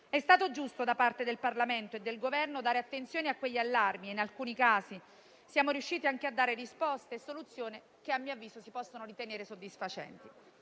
È stato giusto, da parte del Parlamento e del Governo, dare attenzione a quegli allarmi e in alcuni casi siamo riusciti anche a dare risposte e soluzioni che, a mio avviso, si possono ritenere soddisfacenti.